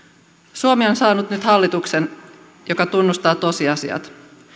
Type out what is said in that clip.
suomi on saanut nyt hallituksen joka tunnustaa tosiasiat